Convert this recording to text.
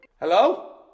Hello